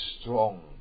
strong